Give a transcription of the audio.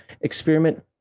experiment